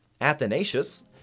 Athanasius